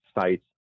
sites